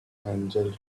angel